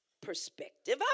perspective